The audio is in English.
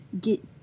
get